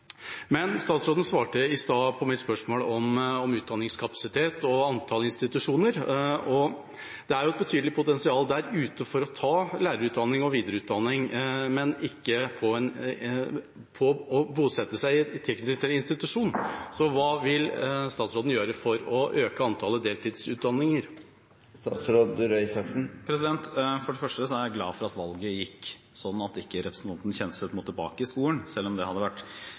Statsråden svarte i stad på mitt spørsmål om utdanningskapasitet og antall institusjoner. Det er jo et betydelig potensial der ute for å ta lærerutdanning og videreutdanning, men ikke for å bosette seg tilknyttet en institusjon. Hva vil statsråden gjøre for å øke antallet deltidsutdanninger? For det første er jeg glad for at valget gikk sånn at representanten Kjenseth ikke måtte tilbake til skolen, selv om det hadde vært